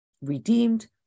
redeemed